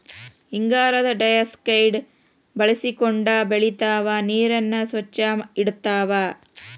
ಇಂಗಾಲದ ಡೈಆಕ್ಸೈಡ್ ಬಳಸಕೊಂಡ ಬೆಳಿತಾವ ನೇರನ್ನ ಸ್ವಚ್ಛ ಇಡತಾವ